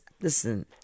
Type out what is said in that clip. Listen